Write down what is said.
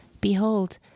Behold